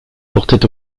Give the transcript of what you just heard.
portait